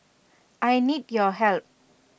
I need your help